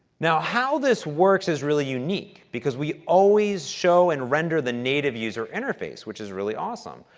now, how this works is really unique, because we always show and render the native user interface which is really awesome,